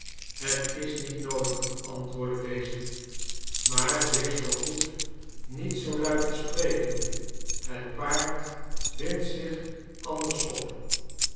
het is niet noodig antwoordde deze maar wees zoo goed niet zoo luid te spreken het paard windt zich anders op